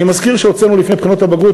אני מזכיר שהוצאנו לפני בחינות הבגרות,